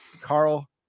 Carl